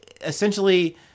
essentially